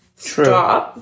true